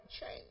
change